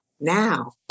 now